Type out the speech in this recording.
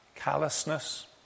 callousness